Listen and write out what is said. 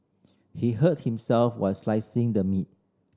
he hurt himself while slicing the meat